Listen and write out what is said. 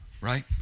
right